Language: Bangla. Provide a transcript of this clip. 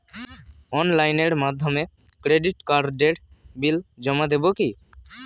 অনলাইনের মাধ্যমে ক্রেডিট কার্ডের বিল জমা দেবো কি?